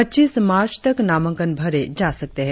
पच्चीस मार्च तक नामांकन भरे जा सकते है